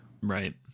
Right